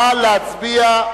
נא להצביע.